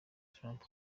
trump